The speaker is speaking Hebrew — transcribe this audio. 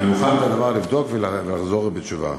אני מוכן לבדוק את הדבר ולחזור עם תשובה.